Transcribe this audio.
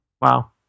wow